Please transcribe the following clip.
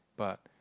but